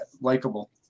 likable